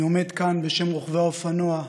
אני עומד כאן בשם רוכבי האופנוע,